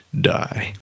die